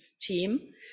team